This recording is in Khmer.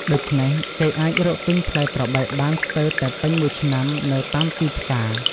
ដូច្នេះ គេអាចរកទិញផ្លែត្របែកបានស្ទើរតែពេញមួយឆ្នាំនៅតាមទីផ្សារ។